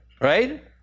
right